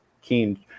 keen